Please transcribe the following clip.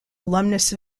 alumnus